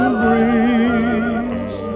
breeze